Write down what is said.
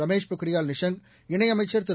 ரமேஷ் பொக்ரியால் நிஷாங்க் இணையமைச்சர் திரு